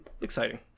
exciting